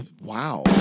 Wow